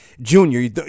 junior